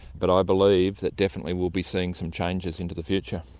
but i believe that definitely we'll be seeing some changes into the future.